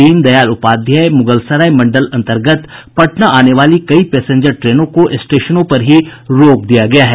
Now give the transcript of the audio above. दीनदयाल उपाध्याय मुगलसराय मंडल अंतर्गत पटना आने वाली कई पैसेंजर ट्रेनों को स्टेशनों पर ही रोक दिया गया है